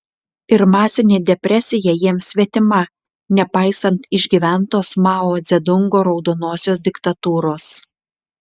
ir masinė depresija jiems svetima nepaisant išgyventos mao dzedungo raudonosios diktatūros